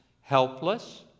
helpless